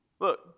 Look